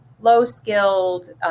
Low-skilled